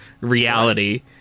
reality